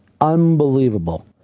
Unbelievable